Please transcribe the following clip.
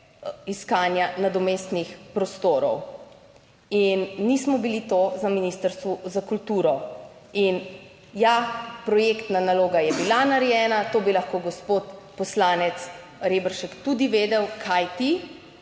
iskanja nadomestnih prostorov in nismo bili to na Ministrstvu za kulturo. In ja, projektna naloga je bila narejena, to bi lahko gospod poslanec Reberšek tudi vedel. Kajti